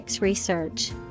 Research